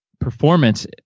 performance